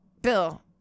Bill